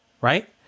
right